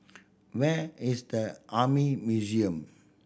where is the Army Museum